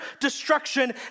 destruction